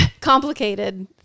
complicated